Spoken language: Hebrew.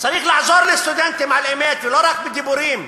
צריך לעזור לסטודנטים על אמת, ולא רק בדיבורים.